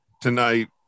tonight